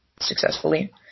successfully